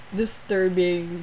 disturbing